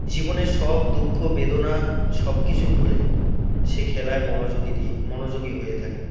জীবনে সব দুঃখ বেদনা সব কিছু ভুলে সে খেলায় মনযোগী দিয়ে মনোযোগী হয়ে থাকে